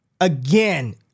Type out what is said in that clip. again